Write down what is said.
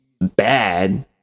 bad